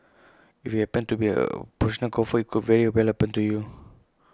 if happened to be A professional golfer IT could very well happen to you